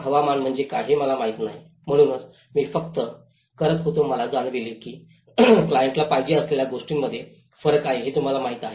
हवामान म्हणजे काय हे मला माहिती नाही म्हणूनच मी फक्त करत होतो मला जाणवले की क्लायंटला पाहिजे असलेल्या गोष्टींमध्ये फरक आहे हे तुम्हाला माहित आहे